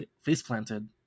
face-planted